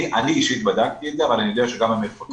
אני אישית בדקתי את זה אבל אני יודע שגם המפקחים